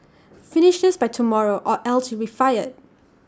finish this by tomorrow or else you'll be fired